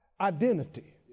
identity